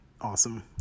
Awesome